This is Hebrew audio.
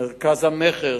מרכז המכר